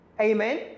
Amen